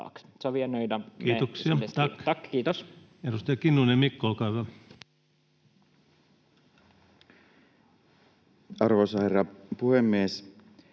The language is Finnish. Kiitos. Kiitoksia.